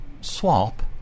Swap